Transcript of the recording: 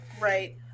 Right